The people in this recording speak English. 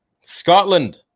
Scotland